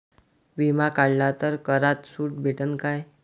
बिमा काढला तर करात सूट भेटन काय?